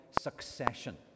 succession